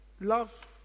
Love